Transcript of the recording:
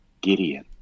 Gideon